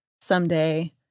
someday